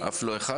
לא.